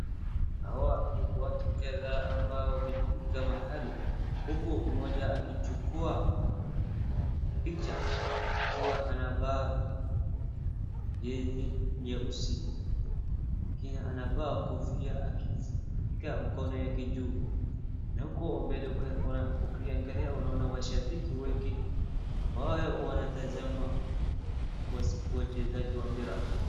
Hawa ni watu kadhaa ambao wamejumuika mahali. Huku mmoja akichukua picha akiwa anavaa jezi nyeusi. Na mwingine anavaa kofia akishika mkono yake juu. Na huko mbele ukiangalia unaona washabiki wengi ambao wanatazama wachezaji wa mpira.